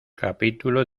capítulo